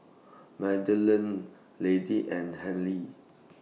Madeleine Lady and Harley